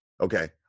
Okay